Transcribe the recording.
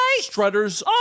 Strutter's